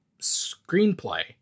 screenplay